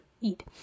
eat